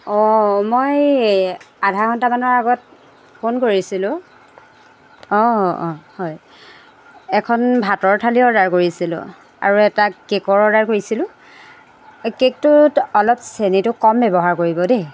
অঁ মই আধা ঘণ্টামানৰ আগত ফোন কৰিছিলোঁ অঁ অঁ অঁ হয় এখন ভাতৰ থালি অৰ্ডাৰ কৰিছিলোঁ আৰু এটা কেকৰ অৰ্ডাৰ কৰিছিলোঁ কেকটোত অলপ চেনিটো কম ব্যৱহাৰ কৰিব দেই